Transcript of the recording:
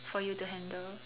for you to handle